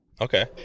Okay